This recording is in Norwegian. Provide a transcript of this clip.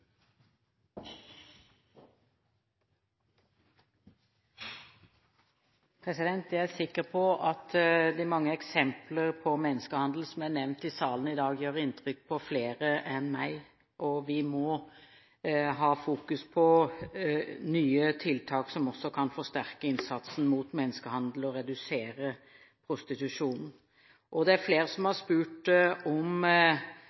organdonasjon. Jeg er sikker på at de mange eksempler på menneskehandel som er nevnt i salen i dag, gjør inntrykk på flere enn meg. Vi må ha fokus på nye tiltak som også kan forsterke innsatsen mot menneskehandel og redusere prostitusjon. Det er flere som har spurt om